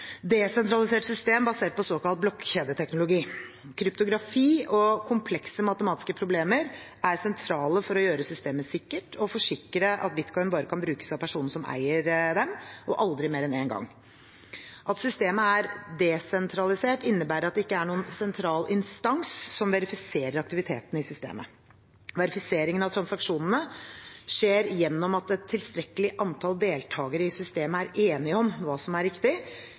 desentralisert system basert på såkalt blokkjedeteknologi. Kryptografi og komplekse matematiske problemer er sentrale for å gjøre systemet sikkert og forsikre at bitcoin bare kan brukes av personen som eier dem, og aldri mer enn én gang. At systemet er desentralisert, innebærer at det ikke er noen sentral instans som verifiserer aktiviteten i systemet. Verifiseringen av transaksjonene skjer gjennom at et tilstrekkelig antall deltakere i systemet er enige om hva som er riktig.